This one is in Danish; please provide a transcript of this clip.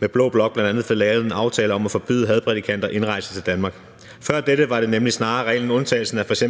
med blå blok bl.a. fik lavet en aftale om at forbyde hadprædikanter indrejse til Danmark. Før dette var det nemlig snarere reglen end undtagelsen, at f.eks.